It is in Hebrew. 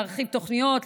להרחיב תוכניות,